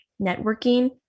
networking